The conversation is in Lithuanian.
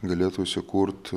galėtų įsikurt